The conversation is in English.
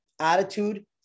attitude